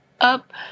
up